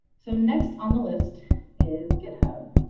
so next on the list is github.